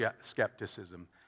skepticism